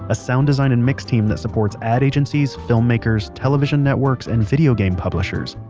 a sound design and mix team that supports ad agencies, filmmakers, television networks and video game publishers.